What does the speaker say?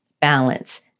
balance